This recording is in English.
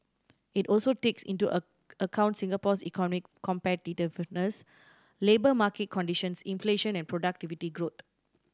it also takes into a account Singapore's economic competitiveness labour market conditions inflation and productivity growth